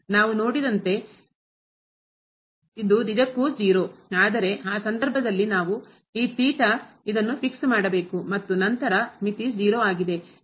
ನಾವು ನೋಡಿದಂತೆ ಇದು ನಿಜಕ್ಕೂ 0 ಆದರೆ ಆ ಸಂದರ್ಭದಲ್ಲಿ ನಾವು ಈ ಇದನ್ನು ಪಿಕ್ಸ್ ಮಾಡಬೇಕು ಸರಿಪಡಿಸಬೇಕು ಮತ್ತು ನಂತರ ಮಿತಿ 0 ಆಗಿದೆ